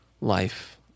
life